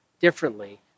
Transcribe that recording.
differently